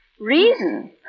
Reason